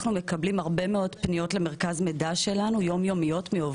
אנחנו מקבלים הרבה מאוד פניות יומיומיות למרכז המידע שלנו מעובדים.